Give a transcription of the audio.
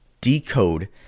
decode